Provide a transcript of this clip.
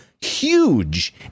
huge